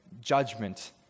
judgment